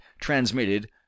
transmitted